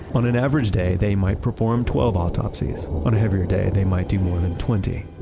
on an average day, they might perform twelve autopsies. on a heavier day, they might do more than twenty.